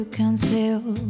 conceal